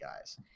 guys